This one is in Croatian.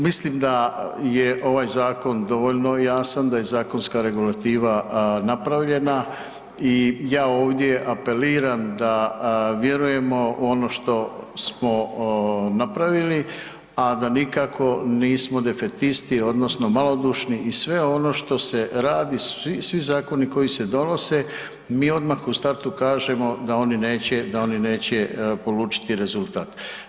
Mislim da je ovaj zakon dovoljno jasan, da je zakonska regulativa napravljena i ja ovdje apeliram da vjerujemo u ono što smo napravili, a da nikako nismo defetisti odnosno malodušni i sve ono što se radi, svi zakoni koji se donose, mi odmah u startu kažemo da oni neće, da oni neće polučiti rezultat.